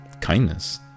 kindness